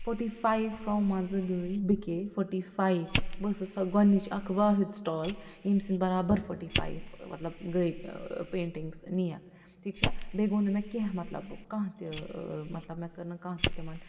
forty five منٛزٕ گٔے بِکیٚے فورٹی فایِو بہٕ ٲسٕس سۄ گۄڈٕنِچ اَکھ وٲحِد سِٹال ییٚمۍ سٕنٛدۍ برابر فورٹی فایِو مطلب گٔے پیٚنٹِنگٕس نِیَکھ ٹھیٖک چھا بیٚیہِ گوٚو نہٕ مےٚ کیٚنٛہہ مطلب کانٛہہ تہِ مطلب مےٚ کٔر نہٕ کانٛہہ تہِ تِمَن